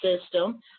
system